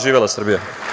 Živela Srbija!